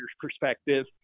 perspective